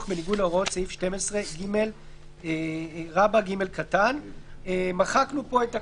בניגוד להוראות סעיף 12ג(ג)." מחקנו פה את הקנס,